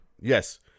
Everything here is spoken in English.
Yes